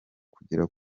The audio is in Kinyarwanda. kugera